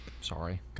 Sorry